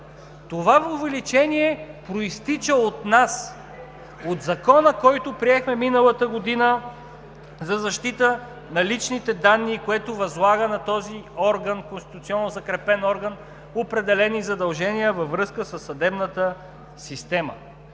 Това увеличение произтича от нас, от Закона, който приехме миналата година, за защита на личните данни, което възлага на този конституционно закрепен орган определени задължения във връзка със съдебната система.